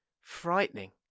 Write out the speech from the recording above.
frightening